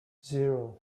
zero